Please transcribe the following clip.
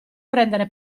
prender